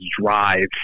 drive